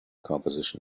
composition